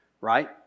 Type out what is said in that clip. right